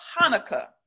Hanukkah